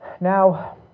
Now